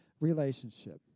relationship